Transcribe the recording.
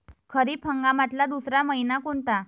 खरीप हंगामातला दुसरा मइना कोनता?